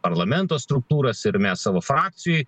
parlamento struktūras ir mes savo frakcijoj